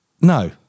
No